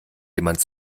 jemand